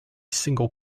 single